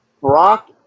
Brock